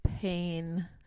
pain